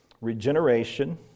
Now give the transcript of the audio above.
Regeneration